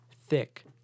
thick